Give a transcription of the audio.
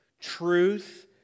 truth